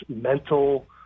mental